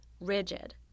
Rigid